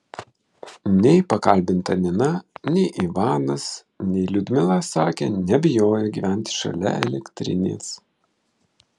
nei pakalbinta nina nei ivanas nei liudmila sakė nebijoję gyventi šalia elektrinės